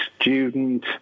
student